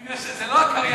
אני מניח שזה לא הקריין,